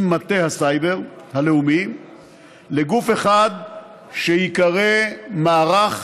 מטה הסייבר הלאומי לגוף אחד שייקרא "מערך